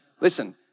listen